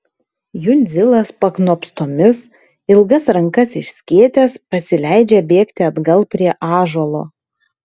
jundzilas paknopstomis ilgas rankas išskėtęs pasileidžia bėgti atgal prie ąžuolo